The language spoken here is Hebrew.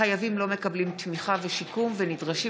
החייבים לא מקבלים תמיכה ושיקום ונדרשים